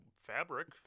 fabric